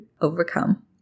overcome